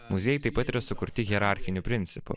muziejai taip pat yra sukurti hierarchiniu principu